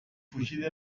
fugida